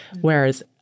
whereas